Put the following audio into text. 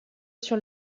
sur